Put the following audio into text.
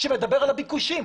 שמדבר על הביקושים.